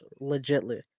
legitly